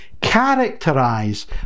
characterize